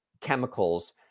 chemicals